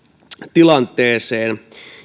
tilanteeseen